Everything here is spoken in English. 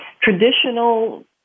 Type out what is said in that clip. traditional